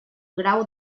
grau